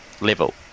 level